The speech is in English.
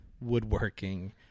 woodworking